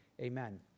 Amen